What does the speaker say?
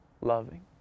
loving